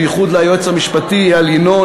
בייחוד ליועץ המשפטי איל ינון,